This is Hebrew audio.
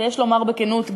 ויש לומר בכנות,